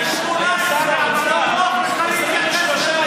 ולאחר מכן יהפוך ל-18,